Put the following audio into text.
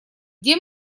где